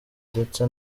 ndetse